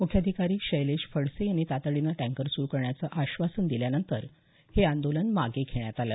मुख्याधिकारी शैलेश फडसे यांनी तातडीने टँकर सुरू करण्याचं आश्वासन दिल्यानंतर हे आंदोलन मागे घेण्यात आलं